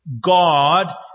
God